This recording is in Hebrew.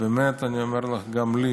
באמת אני אומר לך, גם לי